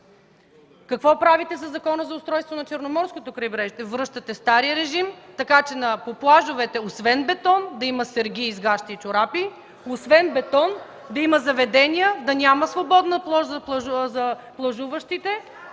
Какво правите със Закона за устройство на Черноморското крайбрежие? Връщате стария режим, така че по плажовете освен бетон да има сергии с гащи и чорапи (оживление), освен бетон да има заведения, да няма свободна площ за плажуващите